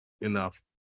enough